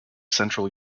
central